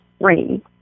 rain